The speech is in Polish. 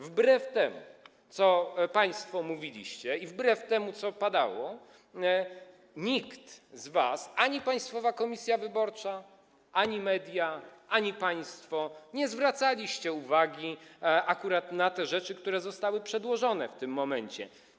Wbrew temu, co państwo mówiliście, i wbrew tym kwestiom, które padały, nikt z was, ani Państwowa Komisja Wyborcza, ani media, ani państwo, nie zwracał uwagi akurat na te rzeczy, które zostały przedłożone w tym momencie.